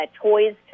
toys